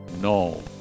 No